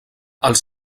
els